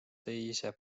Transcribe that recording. teise